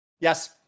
Yes